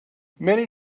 many